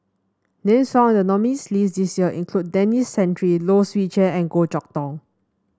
names found in the nominees' list this year include Denis Santry Low Swee Chen and Goh Chok Tong